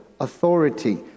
authority